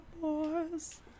boys